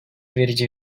verici